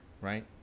Right